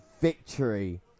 victory